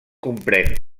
comprèn